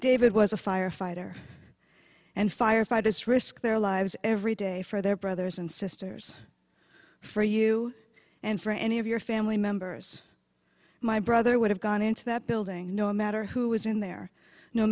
david was a firefighter and firefighters risk their lives every day for their brothers and sisters for you and for any of your family members my brother would have gone into that building no matter who is in there no